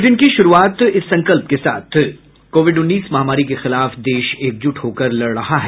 bulletin की शुरूआत से पहले ये संकल्प कोविड उन्नीस महामारी के खिलाफ देश एकजुट होकर लड़ रहा है